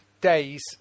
days